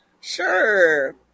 Sure